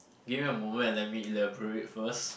give me a moment and let me elaborate first